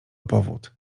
powód